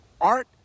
art